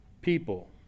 people